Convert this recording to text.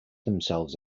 themselves